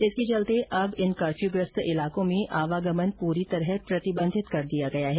इसके चलते अब इन कर्फ्यूग्रस्त इलाकों में आवागमन पूरी तरह प्रतिबंधित कर दिया गया है